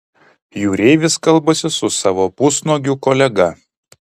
jūreivis kalbasi su savo pusnuogiu kolega